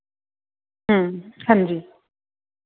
हां जी